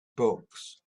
books